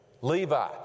Levi